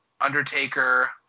undertaker